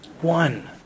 one